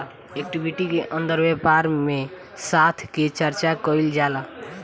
equity के अंदर व्यापार में साथ के चर्चा कईल जाला